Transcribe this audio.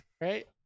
right